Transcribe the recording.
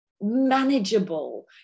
manageable